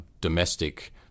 domestic